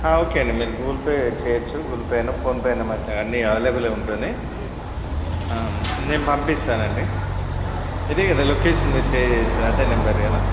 okay అండి మీరు Google Pay చేయచ్చు గూగుల్ పే అయినా ఫోన్ పే అయినా మాకు అన్నీ అవైలబులే ఉంటుంది నేను పంపిస్తానండి ఇదే కదా లొకేషన్ మీరు షేర్ చేసారు అదే నెంబర్ కదా